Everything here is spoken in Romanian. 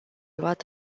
luat